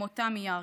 מירכא,